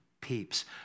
Peeps